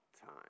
time